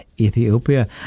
Ethiopia